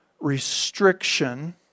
restriction